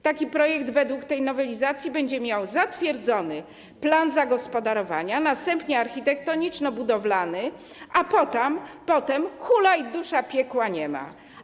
Taki projekt według tej nowelizacji będzie miał zatwierdzony plan zagospodarowania, następnie architektoniczno-budowalny, a potem: hulaj dusza, piekła nie ma.